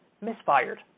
misfired